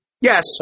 yes